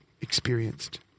Experienced